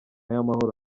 y’amahoro